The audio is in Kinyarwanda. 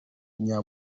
w’umunya